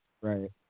Right